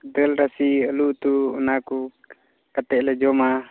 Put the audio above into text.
ᱫᱟᱹᱞ ᱨᱟᱥᱮ ᱟᱹᱞᱩ ᱩᱛᱩ ᱚᱱᱟ ᱠᱚ ᱠᱟᱛᱮᱫ ᱞᱮ ᱡᱚᱢᱟ